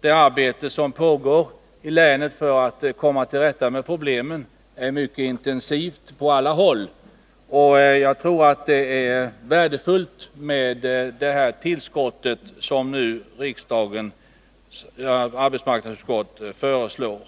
det arbete som pågår i länet för att man skall komma till rätta med problemen är mycket intensivt på alla håll. Jag tror att det är värdefullt med det tillskott som riksdagens arbetsmarknadsutskott nu föreslår.